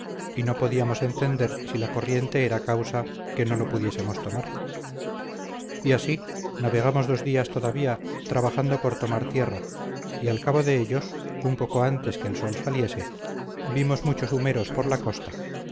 y no podíamos entender si la corriente era causa que no lo pudiésemos tomar y así navegamos dos días todavía trabajando por tomar tierra y al cabo de ellos un poco antes que el sol saliese vimos muchos humeros por la costa